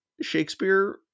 Shakespeare